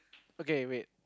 okay wait